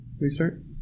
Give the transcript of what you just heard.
restart